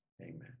amen